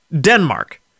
Denmark